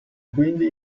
quindi